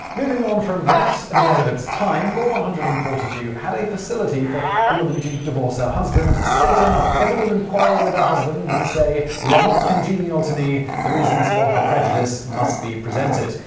moving on from that, a bit ahead of its time, law one hundred and forty two had a facility for a woman to divorce her husband, sating, if a woman quarrel with her husband, and say you are not congenial to me, the reasons for her prejudice must be presented.